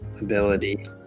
ability